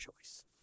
choice